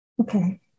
Okay